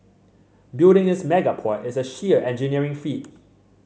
building this mega port is a sheer engineering feat